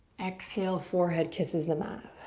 exhale, forehead kisses the mat.